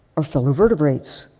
our fellow vertebrates.